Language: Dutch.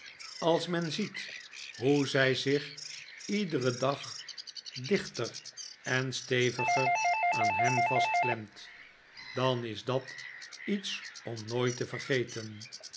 als men ziet hoe zij zich iederen dag dichter en steviger aan hem vastklemt dan is dat iets om nooit te vergeten